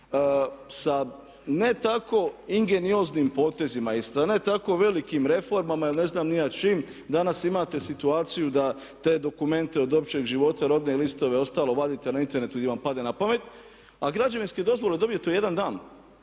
Sa ne tako ingenioznim potezima i sa ne tako velikim reformama ili ne znam ni ja čime danas imate situaciju da te dokumente od općeg života, rodne listove i ostalo vadite na internetu gdje vam padne na pamet, a građevinske dozvole dobijete u jedan dan.